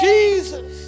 Jesus